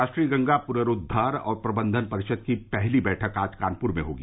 राष्ट्रीय गंगा पुनरूद्वार और प्रबंधन परिषद की पहली बैठक आज कानपुर में होगी